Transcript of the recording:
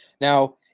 Now